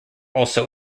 also